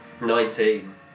Nineteen